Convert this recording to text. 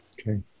okay